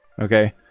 okay